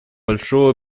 большого